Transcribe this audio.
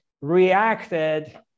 reacted